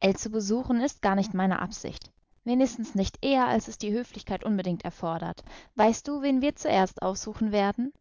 ell zu besuchen ist gar nicht meine absicht wenigstens nicht eher als es die höflichkeit unbedingt erfordert weißt du wen wir zuerst aufsuchen werden